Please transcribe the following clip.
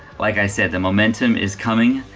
like i said, the momentum is coming,